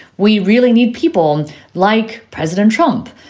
we really need people like president trump,